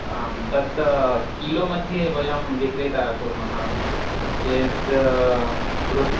आं तत् किलो मध्ये वयं विक्रेतुं कुर्मः चेत् बृ